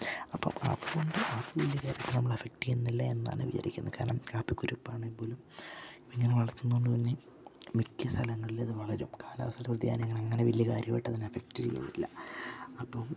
അപ്പം അതുകൊണ്ട് അത് വലിയ കാര്യമായിട്ട് നമ്മളെ അഫക്ട് ചെയ്യുന്നില്ല എന്നാണ് വിചാരിക്കുന്നത് കാരണം കാപ്പിക്കുരു ഇപ്പം ആണെങ്കിൽ പോലും ഇങ്ങനെ വളർത്തുന്നത് കൊണ്ട് തന്നെ മിക്ക സ്ഥലങ്ങളിലും ഇത് വളരും കാലാവസ്ഥയുടെ വ്യതിയാനങ്ങൾ അങ്ങനെ വലിയ കാര്യമായിട്ട് അതിനെ അഫക്ട് ചെയ്യില്ല അപ്പം